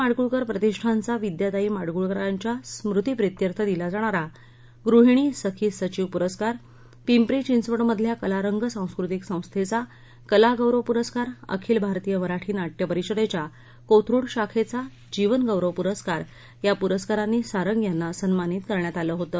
माङगूळकर प्रतिष्ठानचा विद्याताई माडगुळकरांच्या स्मृतिप्रीत्यर्थ दिला जाणारा गुहिणी सखी सचिव पुरस्कार पिंपरी चिंचवडमधल्या कलारंग सांस्कृतिक संस्थेचा कलागौरव प्रस्कार अखिल भारतीय मराठी नाट्यपरिषदच्या कोथरूड शाखेचा जीवनगौरव पुरस्कार या पुरस्कारांनी सारंग यांना सन्मानित करण्यात आलं होतं